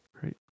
Great